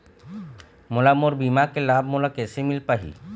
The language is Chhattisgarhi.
मोला मोर बीमा के लाभ मोला किसे मिल पाही?